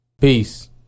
Peace